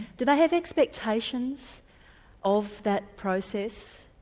do they have expectations of that process?